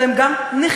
אלא הם גם נכים,